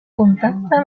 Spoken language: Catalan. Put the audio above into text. contacte